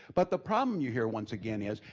but the problem you hear once again is,